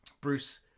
Bruce